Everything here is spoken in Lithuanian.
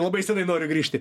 labai senai noriu grįžti